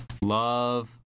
Love